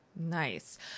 Nice